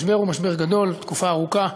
המשבר הוא משבר גדול תקופה ארוכה.